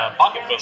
pocket